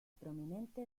prominente